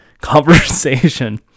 conversation